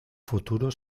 futuro